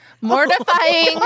Mortifying